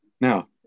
Now